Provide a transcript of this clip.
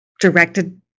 directed